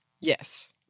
Yes